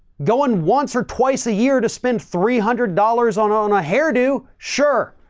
going once or twice a year to spend three hundred dollars on, on a hairdo. sure.